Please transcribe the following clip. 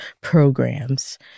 programs